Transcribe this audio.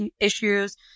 issues